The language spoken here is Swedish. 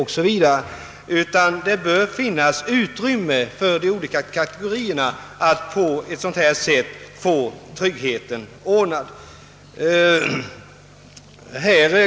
Därför bör det finnas möjlighet för de olika kategorierna att få tryggheten ordnad på skiftande sätt.